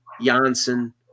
Janssen